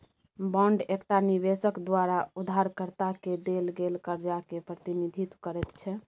bond एकटा निबेशक द्वारा उधारकर्ता केँ देल गेल करजा केँ प्रतिनिधित्व करैत छै